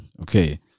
Okay